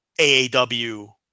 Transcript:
AAW